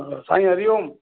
हा हा साईं हरिओम